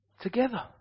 together